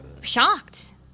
shocked